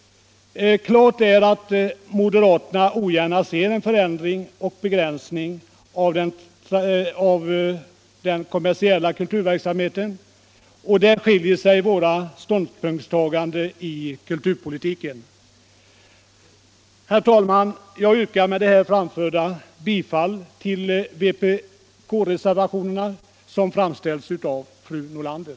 Klart är att moderaterna ogärna ser en förändring och begränsning av den kommersiella kulturverksamheten. Där skiljer sig våra ståndpunkter i kulturpolitiken. Herr talman! Jag yrkar med det anförda bifall till vpk-reservationerna, som avgivits av fru Nordlander.